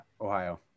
Ohio